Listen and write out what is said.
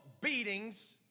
beatings